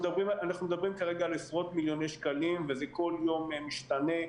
אנחנו מדברים כרגע על עשרות מיליוני שקלים וזה כל יום משתנה.